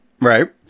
right